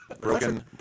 Broken